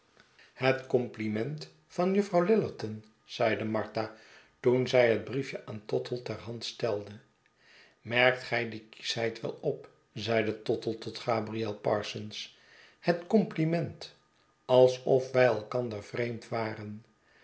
het compliment van juffrouw lillerton zeide martha toen zij het briefje aan tottle ter hand stelde merkt gij die kieschheid wel op zeide tottle tot gabriel parsons het compliment alsof wij elkander vreemd waren